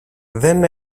δεν